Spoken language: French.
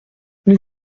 nous